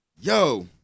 yo